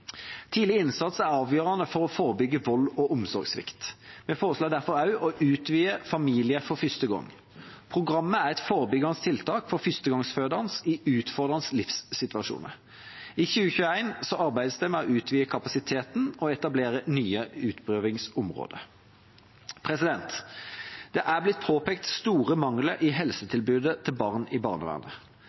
Tidlig innsats er avgjørende for å forebygge vold og omsorgssvikt. Vi foreslår derfor også å utvide Familie for første gang. Programmet er et forebyggende tiltak for førstegangsfødende i utfordrende livssituasjoner. I 2021 arbeides det med å utvide kapasiteten og å etablere nye utprøvingsområder. Det er blitt påpekt store mangler i helsetilbudet til barn i barnevernet.